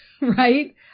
Right